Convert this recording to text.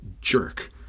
jerk